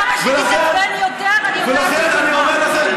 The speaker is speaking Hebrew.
כמה שתתעצבנו יותר, ולכן, אני אומר לכם,